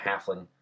halfling